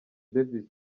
davis